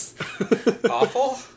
Awful